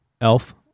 Elf